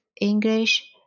English